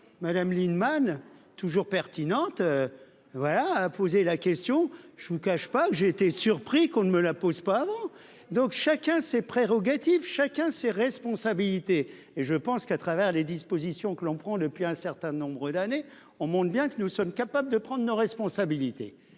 Madame Lienemann toujours pertinentes. Voilà a posé la question je vous cache pas que j'ai été surpris qu'on ne me la pose pas avant, donc chacun ses prérogatives, chacun ses responsabilités et je pense qu'à travers les dispositions que l'on prend depuis un certain nombre d'années, on monte, bien que nous sommes capables de prendre nos responsabilités.